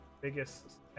biggest